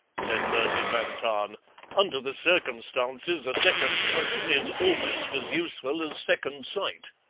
said bertie van tahn under the circumstances a second cousin is almost as useful as second sight.